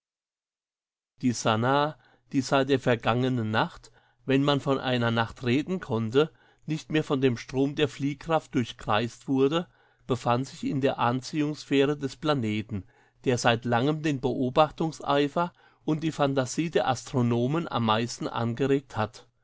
die sannah die seit der vergangenen nacht wenn man von einer nacht reden konnte nicht mehr von dem strom der fliehkraft durchkreist wurde befand sich in der anziehungssphäre des planeten der seit lange den beobachtungseifer und die phantasie der astronomen am meisten angeregt hat